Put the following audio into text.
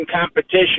competition